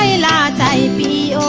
ah day be